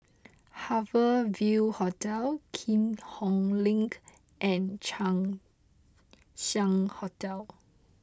Harbour Ville Hotel Keat Hong Link and Chang Ziang Hotel